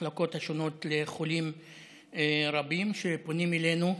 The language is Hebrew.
במחלקות השונות לחולים רבים שפונים אלינו.